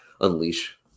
unleash